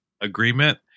agreement